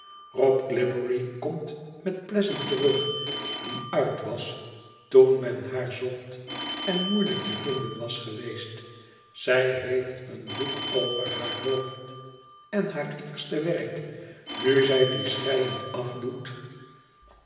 rob glibbery komt met pleasant terug die uit was toen men haar zocht en moeilijk te vinden was geweest zij heeft een doek over haar hoofd en haar eerste werk nu zij dien schreiend afdoet